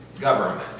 government